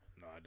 No